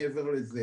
מעבר לזה,